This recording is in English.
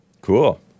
Cool